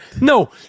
No